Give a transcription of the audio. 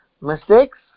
mistakes